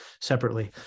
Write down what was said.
separately